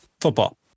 Football